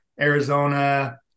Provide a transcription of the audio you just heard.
Arizona